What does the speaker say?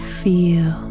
feel